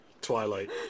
Twilight